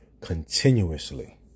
continuously